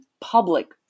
public